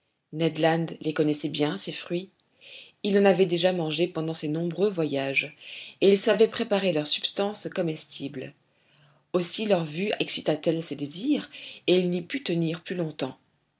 les connaissait bien ces fruits il en avait déjà mangé pendant ses nombreux voyages et il savait préparer leur substance comestible aussi leur vue excita t elle ses désirs et il n'y put tenir plus longtemps